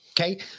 okay